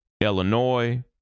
Illinois